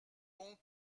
donc